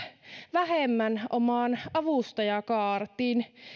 vähemmän omaan avustajakaartiin